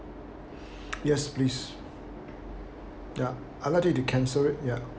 yes please ya I'd like you to cancel it ya